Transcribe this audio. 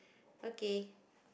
okay